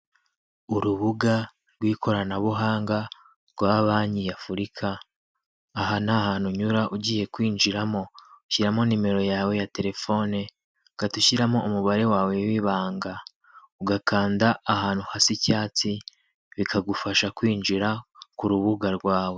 Urubuga rw'ikoranabuhanga rwa banki ya Afurika, aha ni ahantu unyura ugiye kwinjiramo, ushyiramo nimero yawe ya telefone ugahita ushyiramo umubare wawe w'ibanga, ugakanda ahantu hasi icyatsi bikagufasha kwinjira ku rubuga rwawe.